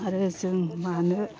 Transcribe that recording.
आरो जों मानो